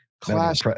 class